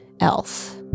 else